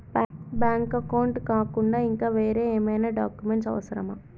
Bank account కాకుండా ఇంకా వేరే ఏమైనా డాక్యుమెంట్స్ అవసరమా?